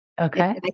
okay